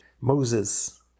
Moses